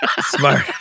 Smart